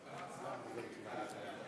טיפול נפשי לילדים שנפגעו מינית),